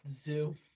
zoo